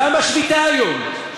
למה שביתה היום?